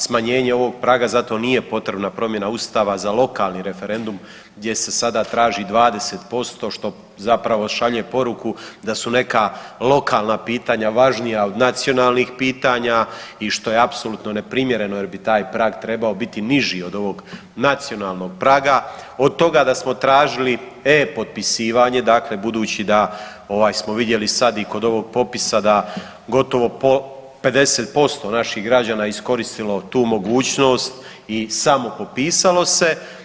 Smanjenje ovoga praga za to nije potrebna Ustava za lokalni referendum gdje se sada traži 20% što zapravo šalje poruku da su neka lokalna pitanja važnija od nacionalnih pitanja i što je apsolutno neprimjereno jer bi taj prag trebao biti niži od ovog nacionalnog praga, od toga da smo tražili e-potpisivanje dakle budući da smo vidjeli sada i kod ovog popisa da gotovo 50% naših građana je iskoristilo tu mogućnost i samopopisalo se.